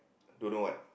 don't know what